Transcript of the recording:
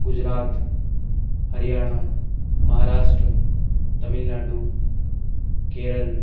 Gujarat Haryana Maharashtra Tamil Nadu Kerala